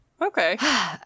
okay